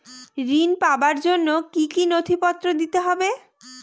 ঋণ পাবার জন্য কি কী নথিপত্র দিতে হবে?